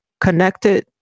connected